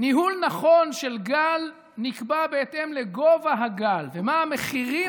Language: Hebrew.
ניהול נכון של גל נקבע בהתאם לגובה הגל ומה המחירים